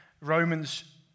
Romans